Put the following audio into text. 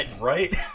right